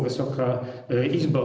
Wysoka Izbo!